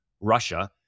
Russia